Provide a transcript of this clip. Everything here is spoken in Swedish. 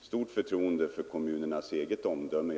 stort förtroende för kommunernas eget omdöme.